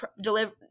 deliver